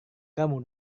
kamu